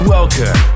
Welcome